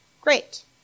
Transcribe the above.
great